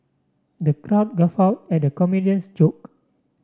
the crowd guffaw at comedian's joke